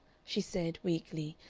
she said, weakly,